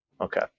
Okay